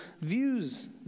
views